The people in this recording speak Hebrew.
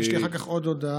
יש לי אחר כך עוד הודעה.